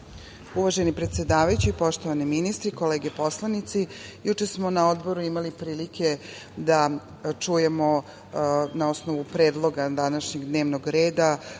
Uvaženi predsedavajući, poštovani ministri, kolege poslanici, juče smo na odboru imali prilike da čujemo, na osnovu predloga današnjeg dnevnog reda,